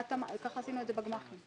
ככה עשינו את זה בגמ"חים.